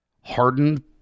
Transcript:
hardened